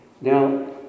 Now